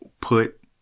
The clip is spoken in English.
put